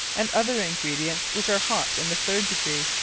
and other ingredients, which are hot in the third degree.